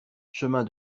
chemin